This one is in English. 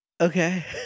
okay